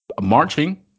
marching